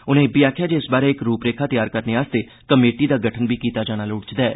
उनें इब्बी आखेआ जे इस बारै इक रूपरेखा तैयार करने लेई कमेटी दा गठन कीता जाना लोड़चदा ऐ